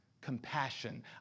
compassion